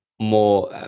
more